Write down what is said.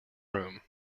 room